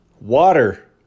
Water